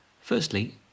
Firstly